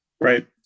right